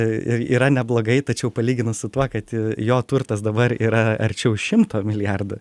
ir yra neblogai tačiau palyginus su tuo kad jo turtas dabar yra arčiau šimto milijardų